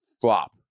flop